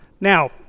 Now